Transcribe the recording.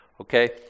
Okay